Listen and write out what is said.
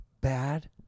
bad